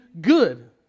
good